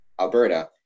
Alberta